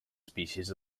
species